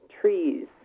trees